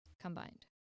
Combined